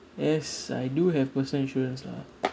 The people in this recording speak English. yes I do have personal insurance lah